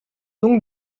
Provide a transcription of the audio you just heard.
donc